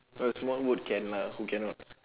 a small boat can lah who cannot